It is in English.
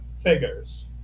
figures